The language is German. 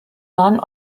nahen